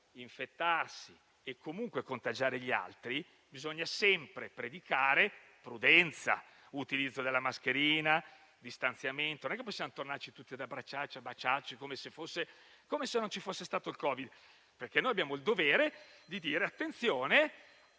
infettarsi e contagiare gli altri, bisogna sempre predicare prudenza, l'utilizzo della mascherina, il distanziamento. Non possiamo tornare tutti ad abbracciarci e baciarci come se non ci fosse stato il Covid, perché abbiamo il dovere di dire che